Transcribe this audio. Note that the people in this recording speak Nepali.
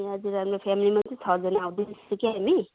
ए हजुर हाम्रो फेमिलीमा चाहिँ छजना आउँदैछ कि हामी